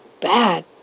bad